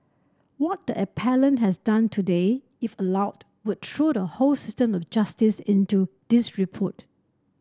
what the appellant has done today if allowed would throw the whole system of justice into disrepute